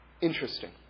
interesting